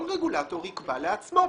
כל רגולטור יקבע לעצמו,